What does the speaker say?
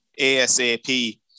ASAP